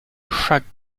chaque